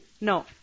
No